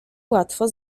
łatwo